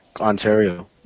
Ontario